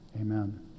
amen